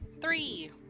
Three